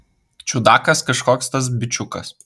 čiudakas kažkoks tas bičiukas